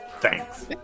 thanks